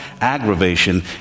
aggravation